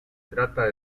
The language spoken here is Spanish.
trata